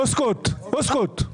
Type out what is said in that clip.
אוסקוט, אוסקוט.